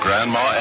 Grandma